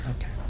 Okay